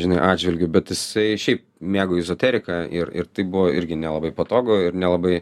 žinai atžvilgiu bet jisai šiaip mėgo izoteriką ir ir tai buvo irgi nelabai patogu ir nelabai